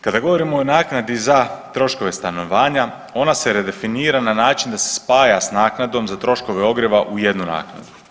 Kada govorimo o naknadi za troškove stanovanja, onda se redefinira na način da se spaja s naknadom za troškove ogrijeva u jednu naknadu.